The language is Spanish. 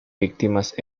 víctimas